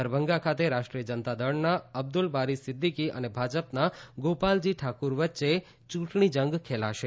દરભંગા ખાતે રાષ્ટ્રીય જનતા દળના અબ્દુલ બારી સિદ્દિકી અને ભાજપના ગોપાલજી ઠાકુર વચ્ચે ચૂંટણી જંગ ખેલાશે